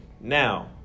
Now